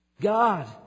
God